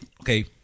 Okay